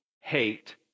hate